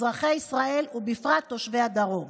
אזרחי ישראל, ובפרט תושבי הדרום,